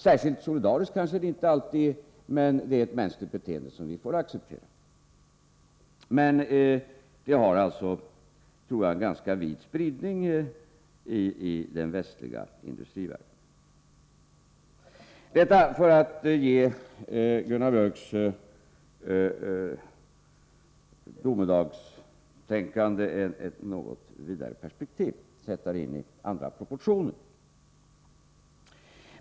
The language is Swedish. Särskilt solidariskt kanske det inte alltid är, men det är ett mänskligt beteende som vi får acceptera. Det har alltså, tror jag, ganska vid spridning i den västliga industrivärlden. Detta sagt för att ge Gunnar Biörcks domedagstänkande ett något vidare perspektiv, ge det andra proportioner.